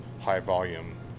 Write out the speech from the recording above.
high-volume